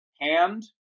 Hand